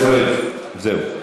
זהו.